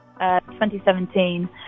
2017